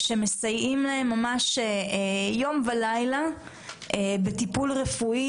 מסייעים להם יום ולילה בטיפול רפואי,